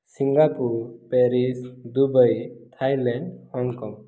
Singapore Paris Dubai Thailand Hong Kong